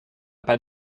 pas